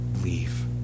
leave